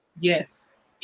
Yes